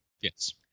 yes